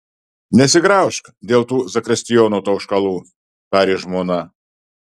nesigraužk dėl tų zakristijono tauškalų tarė žmona